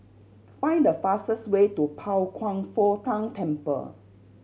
find the fastest way to Pao Kwan Foh Tang Temple